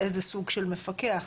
איזה סוג של מפקח.